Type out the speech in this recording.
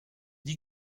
dit